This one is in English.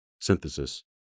Synthesis